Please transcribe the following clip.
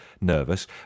nervous